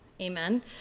amen